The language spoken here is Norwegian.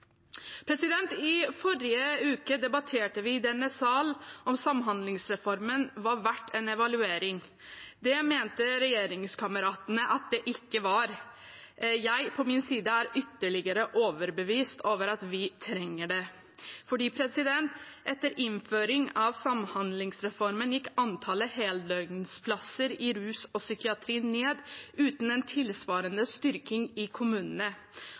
I forrige uke debatterte vi i denne sal om samhandlingsreformen var verdt en evaluering. Det mente regjeringskameratene at det ikke var. Jeg på min side er ytterligere overbevist om at vi trenger det, for etter innføring av samhandlingsreformen gikk antallet heldøgnsplasser i rus og psykiatri ned uten en tilsvarende styrking i kommunene.